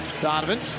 Donovan